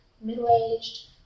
middle-aged